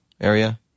area